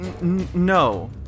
No